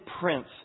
prince